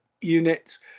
units